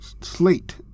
Slate